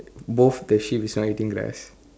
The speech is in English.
both the sheep is not eating grass